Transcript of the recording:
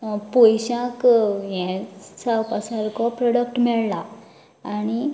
पोयशांक हे जावपा सारको प्रॉडक्ट मेळ्ळां आनी